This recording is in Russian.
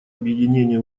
объединения